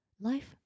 Life